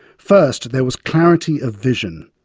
first, there was clarity of vision.